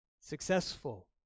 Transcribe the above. successful